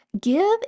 give